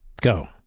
Go